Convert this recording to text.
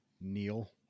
Neil